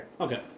Okay